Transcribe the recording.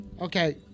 Okay